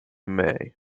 mei